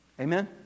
Amen